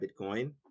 bitcoin